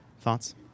Thoughts